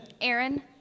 Aaron